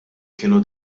kienu